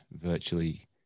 virtually